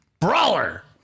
Brawler